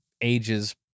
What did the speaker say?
ages